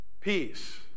peace